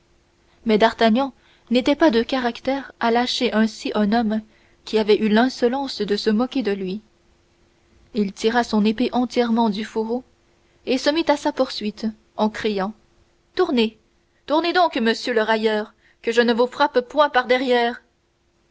mais d'artagnan n'était pas de caractère à lâcher ainsi un homme qui avait eu l'insolence de se moquer de lui il tira son épée entièrement du fourreau et se mit à sa poursuite en criant tournez tournez donc monsieur le railleur que je ne vous frappe point par-derrière